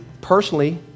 personally